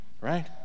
right